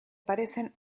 parecen